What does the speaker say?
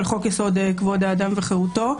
על חוק יסוד: כבוד האדם וחירותו.